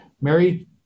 Mary